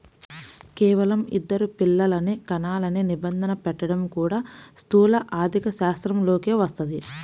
కేవలం ఇద్దరు పిల్లలనే కనాలనే నిబంధన పెట్టడం కూడా స్థూల ఆర్థికశాస్త్రంలోకే వస్తది